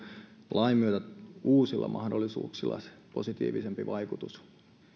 lain myötä uusilla mahdollisuuksilla positiivisempi vaikutus